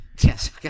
Yes